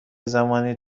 زمانی